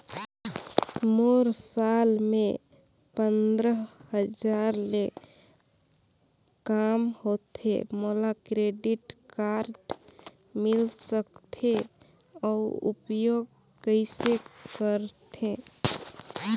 मोर साल मे पंद्रह हजार ले काम होथे मोला क्रेडिट कारड मिल सकथे? अउ उपयोग कइसे करथे?